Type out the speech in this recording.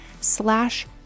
slash